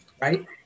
right